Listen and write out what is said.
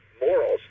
morals